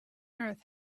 earth